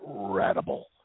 incredible